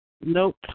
Nope